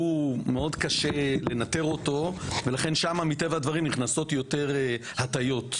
שהוא מאוד קשה לנטר אותו ולכן שם מטבע הדברים נכנסות יותר הטעיות,